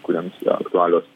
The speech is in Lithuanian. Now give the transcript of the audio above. kuriems aktualios